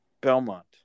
Belmont